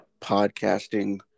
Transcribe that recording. podcasting